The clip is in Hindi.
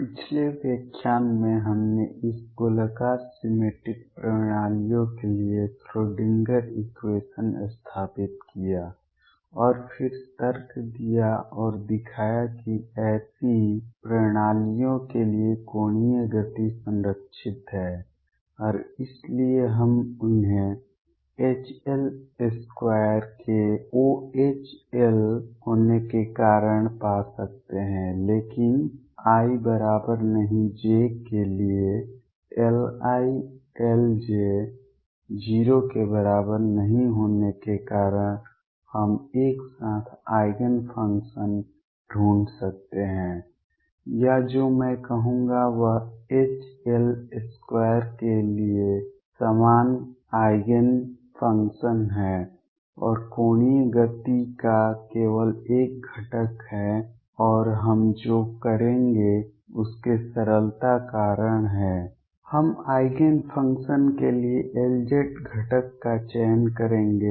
पिछले व्याख्यान में हमने इस गोलाकार सिमेट्रिक प्रणालियों के लिए श्रोडिंगर इक्वेशन Schrödinger equation स्थापित किया और फिर तर्क दिया और दिखाया कि ऐसी प्रणालियों के लिए कोणीय गति संरक्षित है और इसलिए हम उन्हें H L2 के 0 H L होने के कारण पा सकते हैं लेकिन i ≠ j के लिए Li L j 0 के बराबर नहीं होने के कारण हम एक साथ आइगेन फंक्शन ढूंढ सकते हैं या जो मैं कहूंगा वह H L2 के लिए समान आइगेन फंक्शन है और कोणीय गति का केवल एक घटक है और हम जो करेंगे उसके सरलता कारण है हम आइगेन फंक्शन के लिए Lz घटक का चयन करेंगे